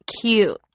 cute